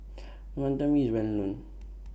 Wantan Mee IS Well known